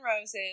Roses